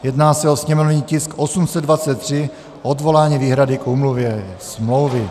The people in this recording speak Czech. Jedná se o sněmovní tisk 823, odvolání výhrady k úmluvě, smlouvy.